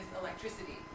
electricity